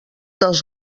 dels